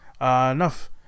Enough